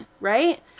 Right